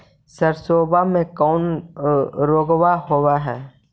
सरसोबा मे कौन रोग्बा होबय है?